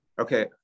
okay